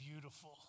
beautiful